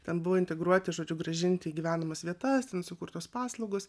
ten buvo integruoti žodžiu grąžinti į gyvenamas vietas ten sukurtos paslaugos